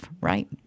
right